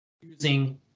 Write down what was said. using